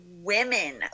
women